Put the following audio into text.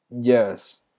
yes